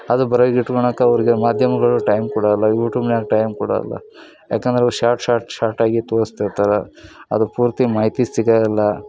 ಅದು ಬರೆದು ಇಟ್ಕೋಳಕ್ ಅವ್ರಿಗೆ ಮಾಧ್ಯಮಗಳು ಟೈಮ್ ಕೊಡೋಲ್ಲ ಯೂಟೂಬ್ನ್ಯಾಗ ಟೈಮ್ ಕೊಡೋಲ್ಲ ಯಾಕಂದ್ರೆ ಶಾರ್ಟ್ ಶಾರ್ಟ್ ಶಾರ್ಟಾಗಿ ತೋರ್ಸಿರ್ತಾರೆ ಅದು ಪೂರ್ತಿ ಮಾಹಿತಿ ಸಿಗೋಲ್ಲ